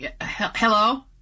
Hello